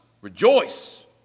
Rejoice